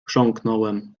chrząknąłem